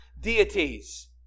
deities